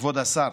כבוד השר.